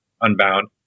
unbound